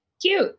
Cute